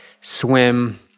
swim